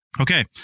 Okay